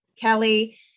Kelly